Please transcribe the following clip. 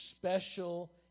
special